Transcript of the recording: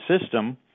system